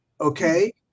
Okay